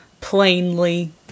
plainly